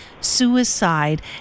suicide